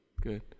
Good